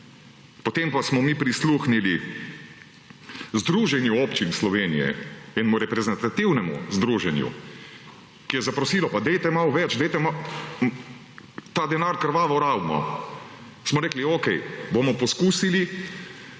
Potem pa smo mi prisluhnili Združenju občin Slovenije, enemu reprezentativnemu združenju, ki je zaprosilo, pa dajte malo več, dajte, ta denar krvavo rabimo. Smo rekli, okej, bomo poskusili.